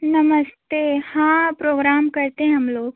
नमस्ते हाँ प्रोग्राम करते हैं हम लोग